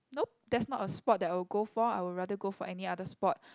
nope that's not a sport that I will go for I would rather go for any other sport